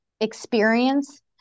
experience